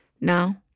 Now